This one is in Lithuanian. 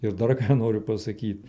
ir dar ką noriu pasakyt